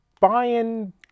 buying